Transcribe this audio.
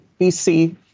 BC